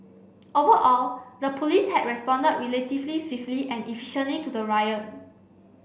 overall the police had responded relatively swiftly and efficiently to the riot